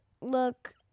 look